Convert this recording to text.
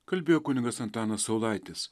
kalbėjo kunigas antanas saulaitis